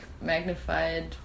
magnified